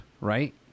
right